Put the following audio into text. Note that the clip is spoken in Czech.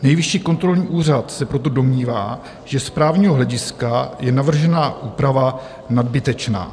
Nejvyšší kontrolní úřad se proto domnívá, že z právního hlediska je navržená úprava nadbytečná.